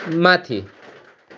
माथि